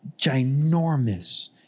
ginormous